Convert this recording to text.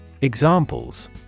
Examples